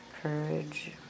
Courage